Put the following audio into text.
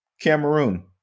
Cameroon